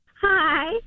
Hi